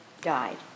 died